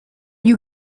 you